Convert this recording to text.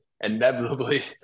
inevitably